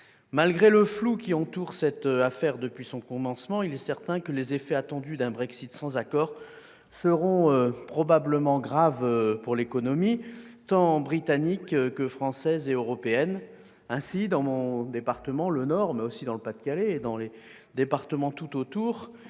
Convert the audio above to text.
Malgré le flou qui entoure cette affaire depuis son commencement, il est certain que les effets attendus d'un Brexit sans accord seront probablement graves pour l'économie, tant britannique que française et européenne. Ainsi, dans mon département, le Nord, mais aussi dans le Pas-de-Calais et dans les territoires qui